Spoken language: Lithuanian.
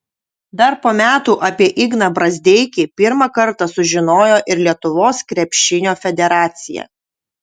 dar po metų apie igną brazdeikį pirmą kartą sužinojo ir lietuvos krepšinio federacija